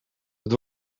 het